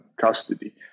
custody